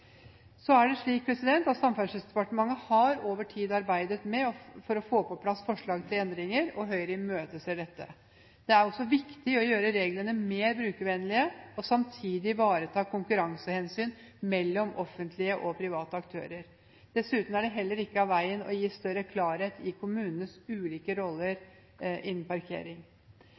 Så er det slik at Samferdselsdepartementet over tid har arbeidet med å få på plass forslag til endringer. Høyre imøteser dette. Det er også viktig å gjøre reglene mer brukervennlige og samtidig ivareta konkurransehensyn mellom offentlige og private aktører. Dessuten er det heller ikke av veien å gi større klarhet i kommunenes ulike roller innen parkering.